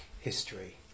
history